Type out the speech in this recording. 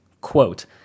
quote